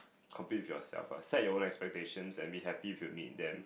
compete with yourself uh set your own expectations and be happy if you meet them